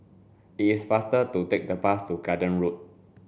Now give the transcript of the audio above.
is faster to take the bus to Garden Road